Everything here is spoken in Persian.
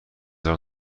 دارم